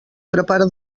prepara